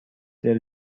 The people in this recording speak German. der